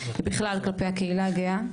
ובכלל כלפי הקהילה הגאה.